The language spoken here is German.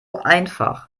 einfach